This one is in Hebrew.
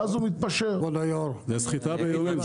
זו סחיטה באיומים.